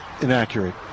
inaccurate